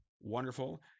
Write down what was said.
Wonderful